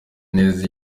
neza